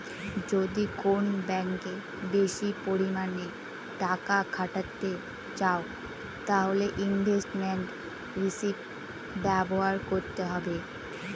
যদি কোন ব্যাঙ্কে বেশি পরিমানে টাকা খাটাতে চাও তাহলে ইনভেস্টমেন্ট রিষিভ ব্যবহার করতে হবে